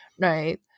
right